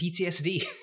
PTSD